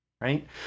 right